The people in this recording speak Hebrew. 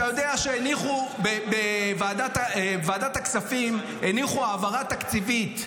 אתה יודע שבוועדת הכספים הניחו העברה תקציבית,